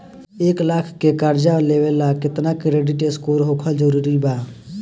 एक लाख के कर्जा लेवेला केतना क्रेडिट स्कोर होखल् जरूरी बा?